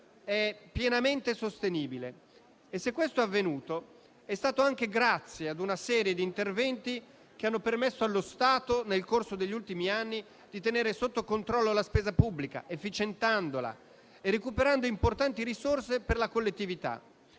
è pienamente sostenibile. E se questo è avvenuto, è stato anche grazie a una serie di interventi che, nel corso degli ultimi anni, hanno permesso allo Stato di tenere sotto controllo la spesa pubblica, efficientandola e recuperando importanti risorse per la collettività,